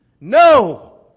No